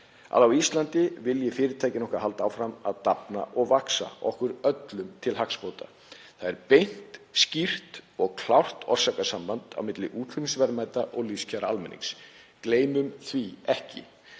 að á Íslandi vilji fyrirtækin okkar halda áfram að dafna og vaxa okkur öllum til hagsbóta. Það er beint, skýrt og klárt orsakasamband milli útflutningsverðmæta og lífskjara almennings. Gleymum því ekki.